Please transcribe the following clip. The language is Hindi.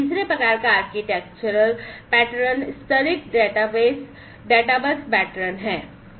तीसरे प्रकार का आर्किटेक्चरल पैटर्न स्तरित डेटाबस पैटर्न है